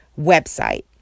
website